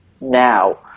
now